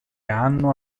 anno